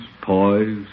poise